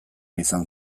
izan